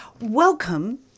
Welcome